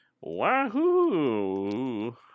Wahoo